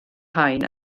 rhain